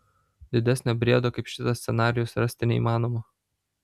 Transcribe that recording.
didesnio briedo kaip šitas scenarijus rasti neįmanoma